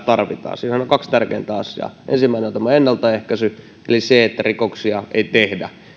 tarvitaan siihen on on kaksi tärkeintä asiaa ensimmäinen on ennaltaehkäisy eli se että rikoksia ei tehdä